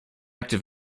active